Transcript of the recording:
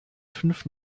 fünf